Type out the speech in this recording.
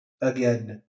again